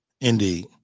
Indeed